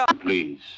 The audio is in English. Please